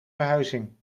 verhuizing